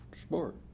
sport